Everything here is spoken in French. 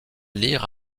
lire